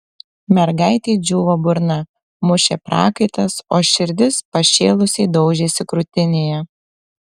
mergaitei džiūvo burna mušė prakaitas o širdis pašėlusiai daužėsi krūtinėje